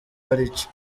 baricyo